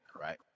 right